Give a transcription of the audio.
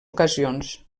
ocasions